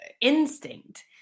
instinct